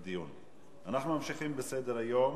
אני קובע שההצעות לסדר-היום